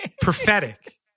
prophetic